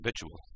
Habitual